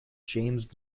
james